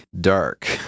dark